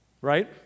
Right